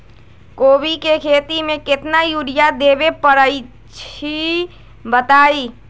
कोबी के खेती मे केतना यूरिया देबे परईछी बताई?